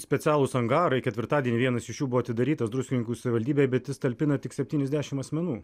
specialūs angarai ketvirtadienį vienas iš jų buvo atidarytas druskininkų savivaldybėje bet jis talpina tik septyniasdešimt asmenų